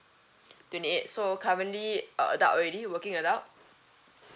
twenty eight so currently uh adult already working adult